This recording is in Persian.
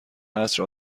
عصر